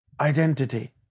identity